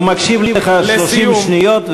הוא מקשיב לך 30 שניות,